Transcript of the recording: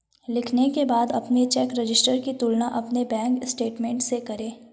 लिखने के बाद अपने चेक रजिस्टर की तुलना अपने बैंक स्टेटमेंट से करें